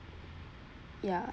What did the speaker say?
ya